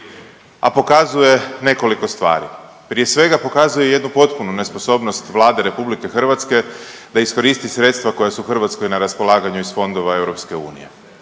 a pokazuje nekoliko stvari. Prije svega pokazuje jednu potpunu nesposobnost Vlade Republike Hrvatske da iskoristi sredstva koja su Hrvatskoj na raspolaganju iz fondova EU.